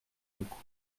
beaucoup